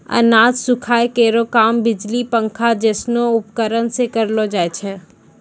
अनाज सुखाय केरो काम बिजली पंखा जैसनो उपकरण सें करलो जाय छै?